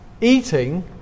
eating